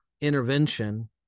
intervention